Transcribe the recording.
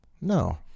No